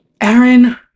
Aaron